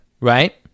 right